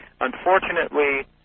Unfortunately